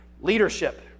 Leadership